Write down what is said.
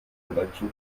intellectual